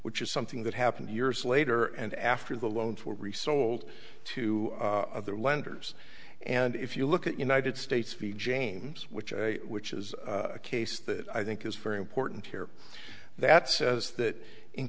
which is something that happened years later and after the loans were resold to other lenders and if you look at united states v james which which is a case that i think is very important here that says that in